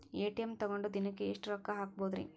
ATM ತಗೊಂಡ್ ದಿನಕ್ಕೆ ಎಷ್ಟ್ ರೊಕ್ಕ ಹಾಕ್ಬೊದ್ರಿ?